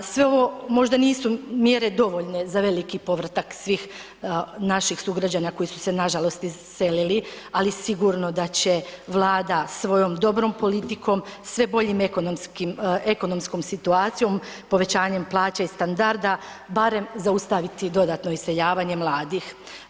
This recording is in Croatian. Sve ovo možda nisu mjere dovoljne za veliki povratak svih naših sugrađana koji su se nažalost iselili, ali sigurno da će Vlada svojom dobrom politikom, sve boljim ekonomskim, ekonomskom situacijom, povećanjem plaća i standarda barem zaustaviti dodatno iseljavanje mladih.